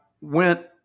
went